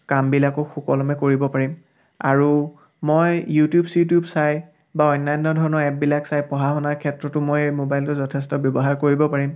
কামবিলাকো সুকলমে কৰিব পাৰিম আৰু মই ইউটিউব চিউটিউব চাই বা অন্যান্য ধৰণৰ এপবিলাক চাই পঢ়া শুনাৰ ক্ষেত্ৰতো মই এই মোবাইলটো যথেষ্ট ব্যৱহাৰ কৰিব পাৰিম